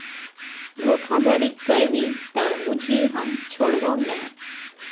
धोखाधड़ी करभी त बुझिये हम छोड़बौ नै